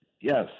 yes